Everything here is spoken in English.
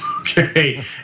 Okay